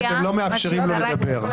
ואתם לא מאפשרים לו לדבר.